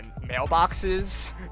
mailboxes